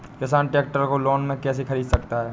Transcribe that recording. किसान ट्रैक्टर को लोन में कैसे ख़रीद सकता है?